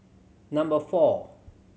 number four